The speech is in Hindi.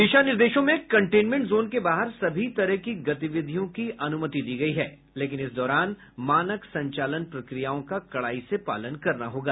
दिशा निर्देश में कंटेनमेंट जोन के बाहर सभी तरह की गतिविधियों की अनुमति दी गई है लेकिन इस दौरान मानक संचालन प्रक्रियाओं का कडाई से पालन करना होगा